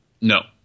No